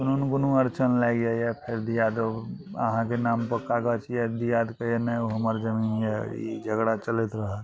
कोनो ने कोनो अड़चन लागि जाइए फेर दियादो अहाँके नाम पर कागज यऽ दियाद कहइए नहि ओ हमर जमीन यऽ ई झगड़ा चलैत रहय